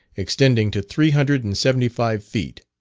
extending to three hundred and seventy-five feet.